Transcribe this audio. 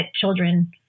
children